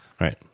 Right